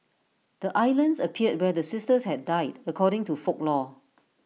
the islands appeared where the sisters had died according to folklore